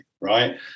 right